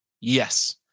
yes